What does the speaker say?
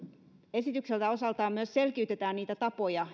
esityksellä osaltaan myös selkiytetään niitä tapoja